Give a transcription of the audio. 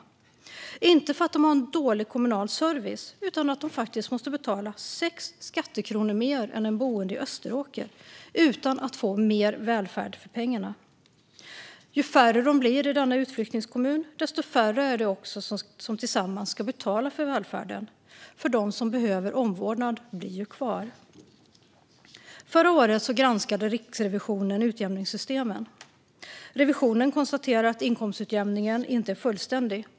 Det är inte för att de har en dålig kommunal service, utan för att de måste betala sex skattekronor mer än en boende i Österåker utan att få mer välfärd för pengarna. Ju färre de blir i denna utflyttningskommun, desto färre är det också som tillsammans ska betala för välfärden, för de som behöver omvårdnad blir kvar. Förra året granskade Riksrevisionen utjämningssystemen. Revisionen konstaterar att inkomstutjämningen inte är fullständig.